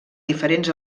diferents